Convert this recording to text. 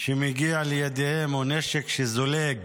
שמגיע לידיהם הוא נשק שזולג